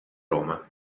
roma